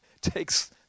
takes